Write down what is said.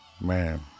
Man